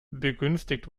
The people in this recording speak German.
begünstigt